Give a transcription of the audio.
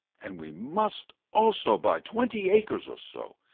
and we must also buy twenty acres or so.